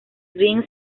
green